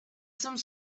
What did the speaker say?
some